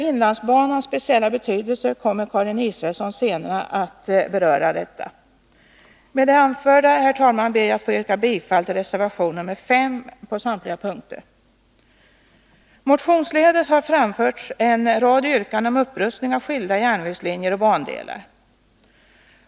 Inlandsbanans speciella betydelse kommer Karin Israelsson senare att beröra. Med det anförda ber jag, herr talman, att få yrka bifall till reservation 5 på samtliga punkter. Motionsledes har framförts en rad yrkanden om upprustning av skilda järnvägslinjer och bandelar.